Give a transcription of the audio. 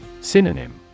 Synonym